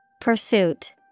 Pursuit